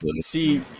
See